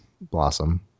Blossom